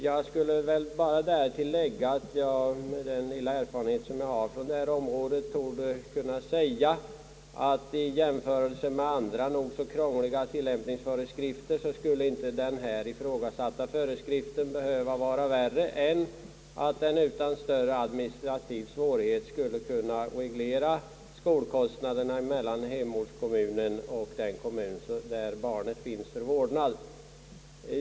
Jag skulle bara därtill vilja foga att jag med den lilla erfarenhet som jag har från detta område kan säga att i jämförelse med andra nog så krångliga tillämpningsföreskrifter skulle inte den här ifrågasatta föreskriften behöva vara värre än att den utan större administrativa svårigheter skulle kunna reglera skolkostnaderna mellan hemortskommunen och den kommun där barnet finns för vårdnad.